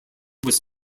was